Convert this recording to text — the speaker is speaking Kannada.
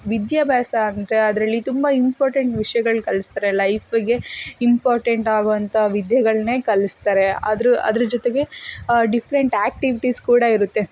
ವಿದ್ಯಾಭ್ಯಾಸ ಅಂದರೆ ಅದರಲ್ಲಿ ತುಂಬ ಇಂಪಾರ್ಟೆಂಟ್ ವಿಷ್ಯಗಳು ಕಲಿಸ್ತಾರೆ ಲೈಫಿಗೆ ಇಂಪಾರ್ಟೆಂಟಾಗುವಂತಹ ವಿದ್ಯೆಗಳನ್ನೆ ಕಲಿಸ್ತಾರೆ ಆದ್ರೂ ಅದ್ರ ಜೊತೆಗೆ ಡಿಫ್ರೆಂಟ್ ಆ್ಯಕ್ಟಿವಿಟೀಸ್ ಕೂಡ ಇರುತ್ತೆ